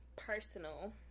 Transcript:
personal